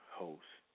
host